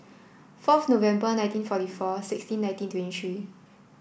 fourth November nineteen forty four sixteen nineteen twenty three